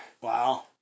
Wow